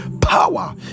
power